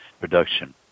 production